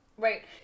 Right